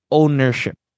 ownership